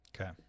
okay